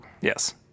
Yes